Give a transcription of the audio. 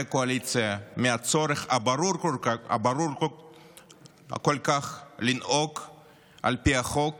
הקואליציה מהצורך הברור כל כך לנהוג על פי החוק